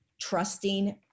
trusting